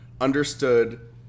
understood